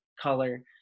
color